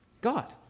God